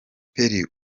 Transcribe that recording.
perry